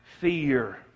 fear